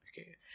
Okay